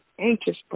anxious